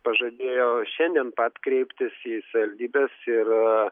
pažadėjo šiandien pat kreiptis į savivaldybes ir